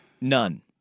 None